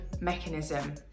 mechanism